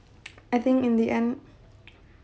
I think in the end